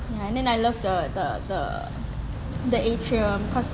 ya and then I love the the the the atrium because